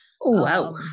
Wow